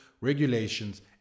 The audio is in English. regulations